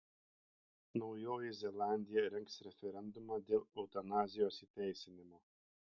naujoji zelandija rengs referendumą dėl eutanazijos įteisinimo